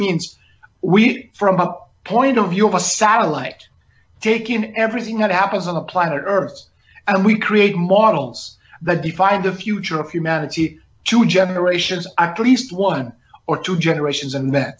means we from the point of view of a satellite taking everything that happens on the planet earth and we create models that define the future of humanity two generations after least one or two generations and met